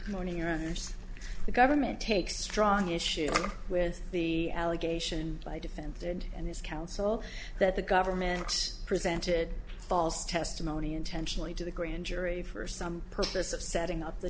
morning your honour's the government takes strong issue with the allegation by defended and his counsel that the government's presented false testimony intentionally to the grand jury for some purpose of setting up the